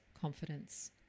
confidence